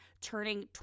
turning